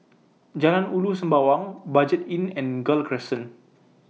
Jalan Ulu Sembawang Budget Inn and Gul Crescent